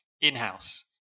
in-house